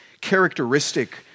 characteristic